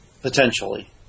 potentially